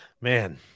Man